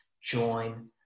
join